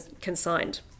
consigned